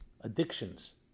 addictions